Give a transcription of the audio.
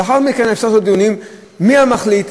לאחר מכן אפשר לעשות דיונים: מי המחליט,